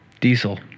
diesel